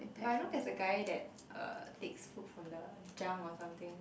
but I know there's a guy that uh takes food from the junk or something